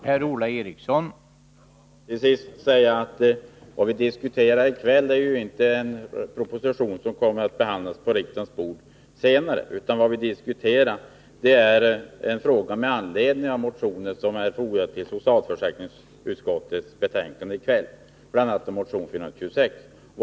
Herr talman! Låt mig till sist säga att det vi diskuterar i kväll inte är den proposition som ligger på riksdagens bord och som kommer att behandlas senare, utan det är en fråga som behandlats i socialförsäkringsutskottets betänkande med anledning av bl.a. motion 426.